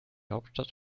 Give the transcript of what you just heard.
hauptstadt